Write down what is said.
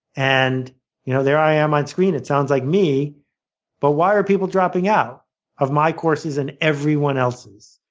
and you know there i am on screen it sounds like me but why are people dropping out of my courses and everyone else's?